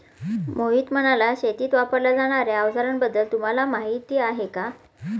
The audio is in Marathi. मोहित म्हणाला, शेतीत वापरल्या जाणार्या अवजारांबद्दल तुम्हाला माहिती आहे का?